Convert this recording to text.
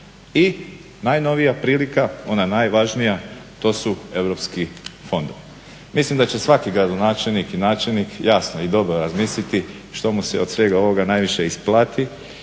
i najnovija prilika ona najvažnija to su europski fondovi. Mislim da će svaki gradonačelnik i načelnik jasno i dobro razmisliti što mu se od svega ovoga najviše isplati